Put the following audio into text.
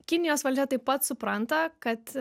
kinijos valdžia taip pat supranta kad